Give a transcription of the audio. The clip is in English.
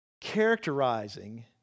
characterizing